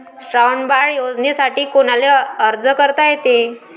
श्रावण बाळ योजनेसाठी कुनाले अर्ज करता येते?